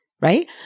Right